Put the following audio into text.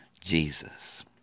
Jesus